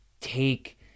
take